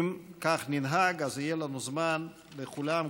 אם כך ננהג אז יהיה לנו זמן לכולם,